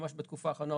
ממש בתקופה האחרונה,